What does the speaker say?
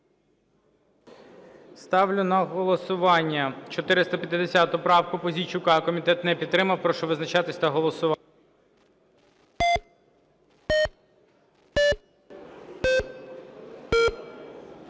Ставлю на голосування 456 правку Цимбалюка. Комітет не підтримав. Прошу визначатися та голосувати.